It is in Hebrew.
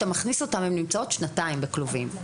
הן נמצאות שנתיים בכלובים.